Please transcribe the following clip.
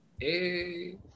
Hey